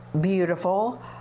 beautiful